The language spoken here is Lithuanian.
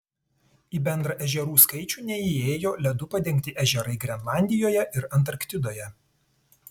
į bendrą ežerų skaičių neįėjo ledu padengti ežerai grenlandijoje ir antarktidoje